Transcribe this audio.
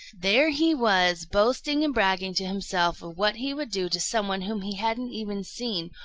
there he was boasting and bragging to himself of what he would do to some one whom he hadn't even seen,